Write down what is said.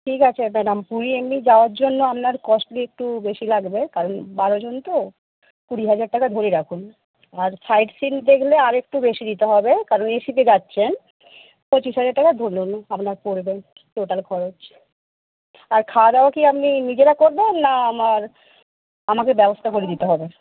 ঠিক আছে ম্যাডাম পুরী এমনি যাওয়ার জন্য আপনার কস্টলি একটু বেশি লাগবে কারণ বারো জন তো কুড়ি হাজার টাকা ধরে রাখুন আর সাইটসিইং দেখলে আরেকটু বেশি দিতে হবে কারণ এসিতে যাচ্ছেন পঁচিশ হাজার টাকা ধরে রাখুন আপনার পড়বে টোটাল খরচ আর খাওয়া দাওয়া কি আপনি নিজেরা করবেন না আমার আমাকে ব্যবস্থা করে দিতে হবে